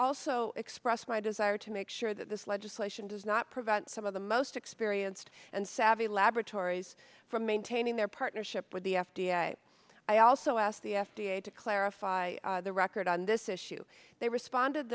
also expressed my desire to make sure that this legislation does not prevent some of the most experienced and savvy laboratories from maintaining their partnership with the f d a i also asked the f d a to clarify the record on this issue they responded